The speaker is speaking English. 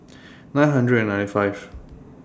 nine hundred and ninety five